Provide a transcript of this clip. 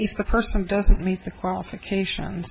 if the person doesn't meet the qualifications